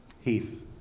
Heath